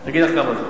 אני אגיד לך כמה זה.